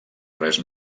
res